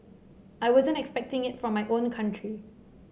I wasn't expecting it from my own country